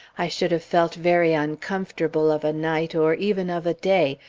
i should have felt very uncomfortable of a night, or even of a day,